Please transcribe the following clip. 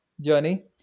journey